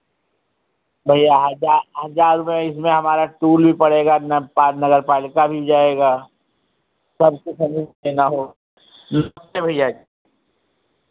भैया हज़ार हज़ार रुपैया इसमें हमारा टोल भी पड़ेगा ना नगरपालिका भी जाएगा सब कुछ हमीं को देना हो नमस्ते भैया जी